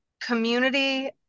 community